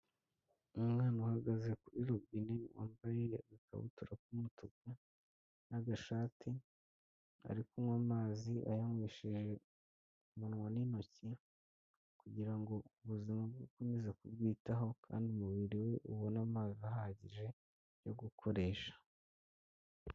Umwana uhagaze kuri robine wambaye agakabutura k'umutuku n'agashati ari kunywa amazi, ayanywesheje umunwa n'intoki kugira ngo ubuzima akomeze kubwitaho kandi umubiri we ubone amazi ahagije yo gukoresha.